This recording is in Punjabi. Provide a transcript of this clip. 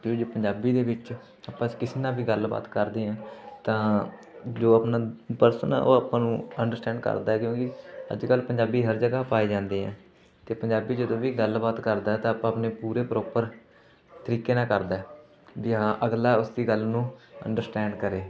ਜਿਉਂ ਜਿਉਂ ਪੰਜਾਬੀ ਦੇ ਵਿੱਚ ਆਪਾਂ ਕਿਸੇ ਨਾਲ ਵੀ ਗੱਲਬਾਤ ਕਰਦੇ ਹਾਂ ਤਾਂ ਜੋ ਆਪਣਾ ਪਰਸਨ ਆ ਉਹ ਆਪਾਂ ਨੂੰ ਅੰਡਰਸਟੈਂਡ ਕਰਦਾ ਕਿਉਂਕਿ ਅੱਜ ਕਲ੍ਹ ਪੰਜਾਬੀ ਹਰ ਜਗ੍ਹਾ ਪਾਏ ਜਾਂਦੇ ਆ ਅਤੇ ਪੰਜਾਬੀ ਜਦੋਂ ਵੀ ਗੱਲਬਾਤ ਕਰਦਾ ਤਾਂ ਆਪਾਂ ਆਪਣੇ ਪੂਰੇ ਪ੍ਰੋਪਰ ਤਰੀਕੇ ਨਾਲ ਕਰਦਾ ਵੀ ਹਾਂ ਅਗਲਾ ਉਸ ਦੀ ਗੱਲ ਨੂੰ ਅੰਡਰਸਟੈਂਡ ਕਰੇ